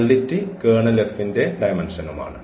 nullity കേർണലി F ന്റെ ഡയമെന്ഷനുമാണ്